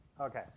Okay